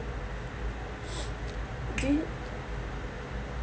um do you